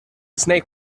snake